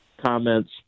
comments